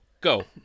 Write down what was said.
go